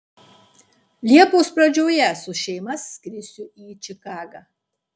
liepos pradžioje su šeima skrisiu į čikagą